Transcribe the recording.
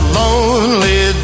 lonely